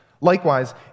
likewise